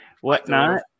whatnot